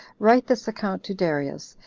write this account to darius,